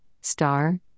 star